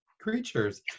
creatures